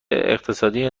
اقتصادی